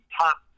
top